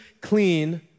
clean